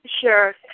Sure